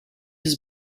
his